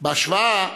בהשוואה,